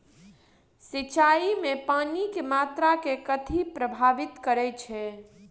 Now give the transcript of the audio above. सिंचाई मे पानि केँ मात्रा केँ कथी प्रभावित करैत छै?